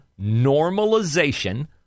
normalization